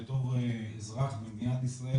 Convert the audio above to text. בתור אזרח במדינת ישראל,